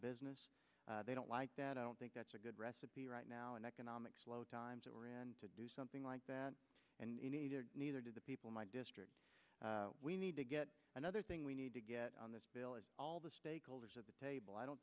business they don't like that i don't think that's a good recipe right now an economic slow times that we're in to do something like that and neither do the people in my district we need to get another thing we need to get all the stakeholders at the table i don't